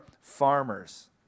farmers